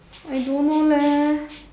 I don't know leh